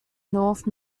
north